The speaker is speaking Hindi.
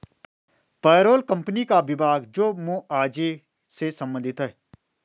पेरोल कंपनी का विभाग जो मुआवजे से संबंधित है